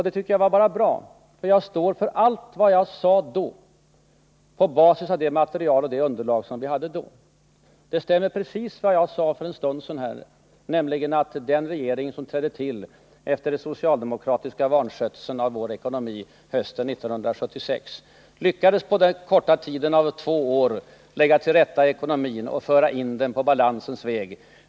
Det var bara bra, tycker jag, för jag står för allt vad jag sade då, på basis av det underlag vi hade då. Det stämmer precis med vad jag sade för en stund sedan, nämligen att den regering som trädde till hösten 1976, efter den socialdemokratiska vanskötseln av vår ekonomi, på den korta tiden av två år lyckades lägga ekonomin till rätta och föra in den på balansens väg.